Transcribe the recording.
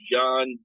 John